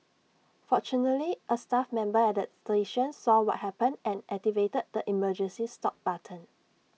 fortunately A staff member at the station saw what happened and activated the emergency stop button